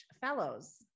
Fellows